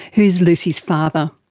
who is lucy's father.